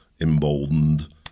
emboldened